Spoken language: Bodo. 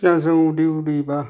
गोजौ दिउ दैबा